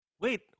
wait